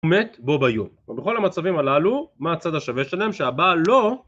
הוא מת בו ביום. בכל המצבים הללו, מה הצד השווה שלהם? שהבעל לא